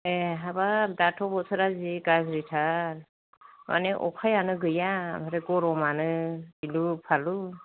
ए हाबाब दाथ' बोथोरा जि गाज्रिथार मानोना अखायानो गैया ओमफ्राय गरमानो गिलु बालु